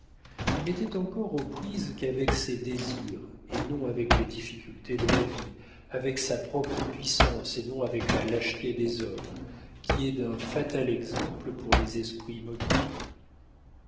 il n'était encore aux prises qu'avec ses désirs et non avec les difficultés de la vie avec sa propre puissance et non avec la lâcheté des hommes qui est d'un fatal exemple pour les esprits mobiles